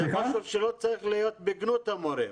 זה משהו שלא צריך להיות בגנות המורים,